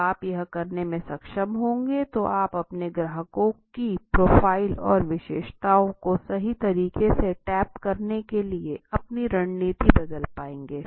जब आप यह करने में सक्षम होंगे तो आप अपने ग्राहकों की प्रोफाइल और विशेषताओं को सही तरीके से टैप करने के लिए अपनी रणनीति बदल पाएंगे